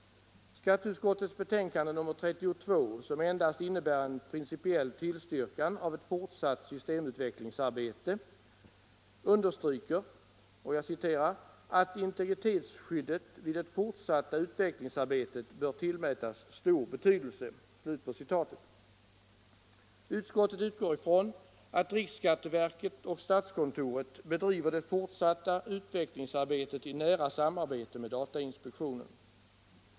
Skatteutskottets betänkande, som endast innebär en principiell tillstyrkan av ett fortsatt systemutvecklingsarbete, understryker att ”integritetsskyddet i det fortsatta utvecklingsarbetet bör tillmätas stor betydelse”. Utskottet utgår ifrån att riksskatteverket och statskontoret bedriver det fortsatta utvecklingsarbetet i nära samarbete med datainspektionen.